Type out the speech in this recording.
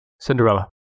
Cinderella